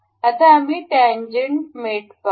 आता आम्ही टेनजेन्ट्स मेट पाहू